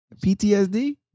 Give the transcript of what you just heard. PTSD